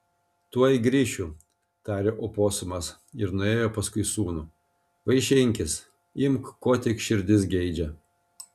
tuoj grįšiu tarė oposumas ir nuėjo paskui sūnų vaišinkis imk ko tik širdis geidžia